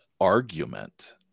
argument